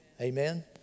Amen